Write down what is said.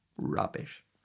Rubbish